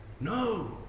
No